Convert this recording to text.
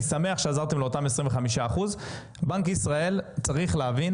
אני שמח שעזרתם לאותם 25%. בנק ישראל צריך להבין